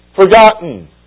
Forgotten